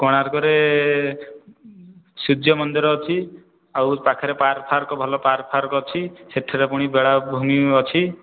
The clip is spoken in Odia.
କୋଣାର୍କରେ ସୂର୍ଯ୍ୟ ମନ୍ଦିର ଅଛି ଆଉ ପାଖରେ ପାର୍କ ଫାର୍କ ଭଲ ପାର୍କ ଫାର୍କ ଅଛି ସେଥିରେ ପୁଣି ବେଳାଭୂମି ଅଛି